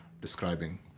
describing